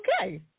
Okay